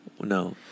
No